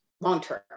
long-term